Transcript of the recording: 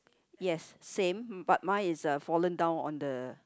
yes same but mine is a fallen down on the